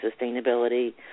sustainability